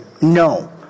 No